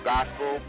Gospel